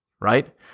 right